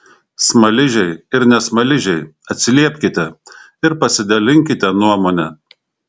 smaližiai ir ne smaližiai atsiliepkite ir pasidalinkite nuomone